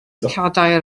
cadair